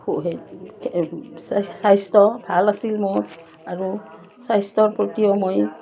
স্বাস্থ্য ভাল আছিল মোৰ আৰু স্বাস্থ্যৰ প্ৰতিও মই